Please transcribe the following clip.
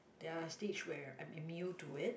there are a stage where I'm immune to it